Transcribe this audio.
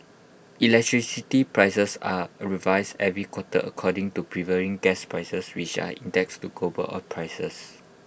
electricity prices are A revised every quarter according to prevailing gas prices which are indexed to global oil prices